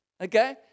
Okay